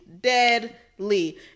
deadly